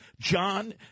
John